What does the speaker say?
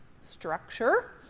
structure